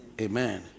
Amen